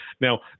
Now